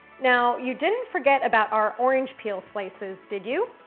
now you didn't forget about our orange peel slices, did you?